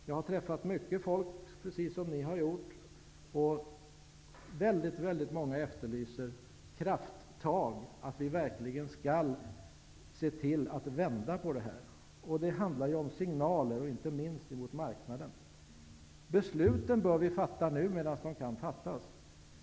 Jag har träffat mycket folk -- precis som ni har gjort. Väldigt många efterlyser krafttag, att vi verkligen ser till att vända på utvecklingen. Det handlar ju om att ge signaler, inte minst mot marknaden. Besluten bör vi fatta nu medan de kan fattas.